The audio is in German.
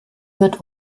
wird